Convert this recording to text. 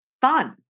fun